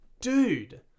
Dude